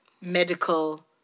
medical